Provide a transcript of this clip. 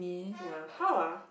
ya how ah